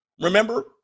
Remember